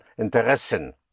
interessen